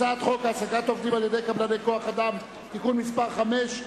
הצעת חוק העסקת עובדים על-ידי קבלני כוח-אדם (תיקון מס' 5),